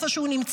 איפה שהוא נמצא,